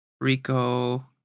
Rico